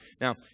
Now